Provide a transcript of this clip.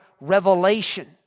revelation